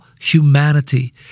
humanity